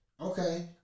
Okay